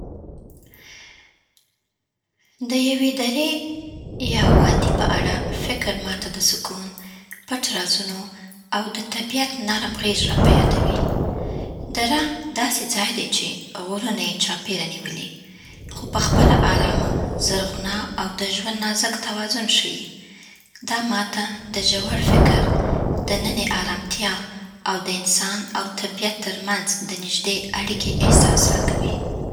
د یوې درې يا وادي په اړه فکر ما ته د سکون، پټ رازونو، او د طبیعت نرم غېږ راپه یادوي. دره داسې ځای دی چې غرونه یې چاپېره نیولي، خو پخپله آرامه، زرغونه او د ژوند نازک توازن ښيي. دا ما ته د ژور فکر، دننۍ ارامتیا، او د انسان او طبیعت ترمنځ د نږدې اړیکې احساس راکوي.